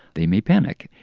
they may panic.